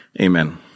Amen